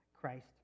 Christ